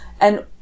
And-